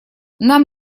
нам